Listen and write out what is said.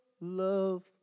Love